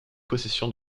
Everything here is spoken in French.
possession